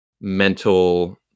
mental